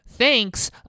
thanks